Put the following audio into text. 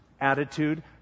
attitude